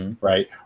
Right